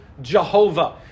Jehovah